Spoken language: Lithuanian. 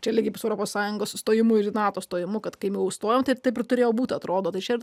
čia lygiai pat su europos sąjungos stojimu į nato stojimu kad kai jau stojom tai taip ir turėjo būt atrodo tai čia